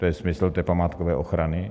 To je smysl té památkové ochrany.